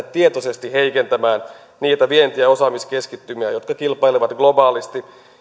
tietoisesti heikentämään niitä vienti ja osaamiskeskittymiä jotka kilpailevat globaalisti